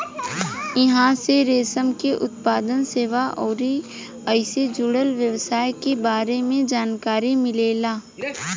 इहां से रेशम के उत्पादन, सेवा अउरी ऐइसे जुड़ल व्यवसाय के बारे में जानकारी मिलेला